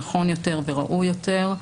נכון יותר וראוי יותר.